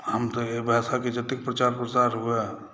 हम तऽ एहि भाषाके जतेक प्रचार प्रसार हुए